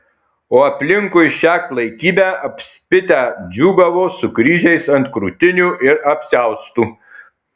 o aplinkui šią klaikybę apspitę džiūgavo su kryžiais ant krūtinių ir apsiaustų